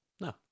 No